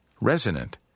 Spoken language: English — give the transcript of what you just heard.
resonant